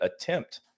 attempt